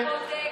ומעלה,